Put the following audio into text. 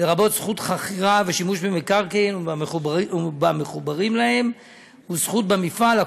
לרבות זכות חכירה ושימוש במקרקעין ובמחוברים להם וזכות במפעל,